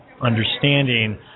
understanding